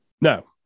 No